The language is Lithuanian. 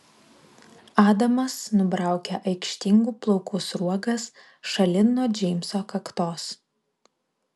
adamas nubraukia aikštingų plaukų sruogas šalin nuo džeimso kaktos